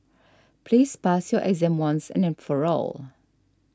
please pass your exam once and then for all